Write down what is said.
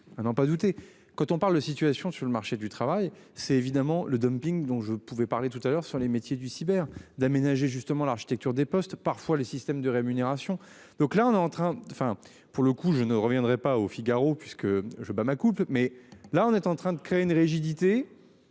quand on parle de situation sur le marché du travail, c'est évidemment le dumping dont je pouvais parler tout à l'heure sur les métiers du cyber d'aménager justement l'architecture des postes parfois les systèmes de rémunération. Donc là on est en train, enfin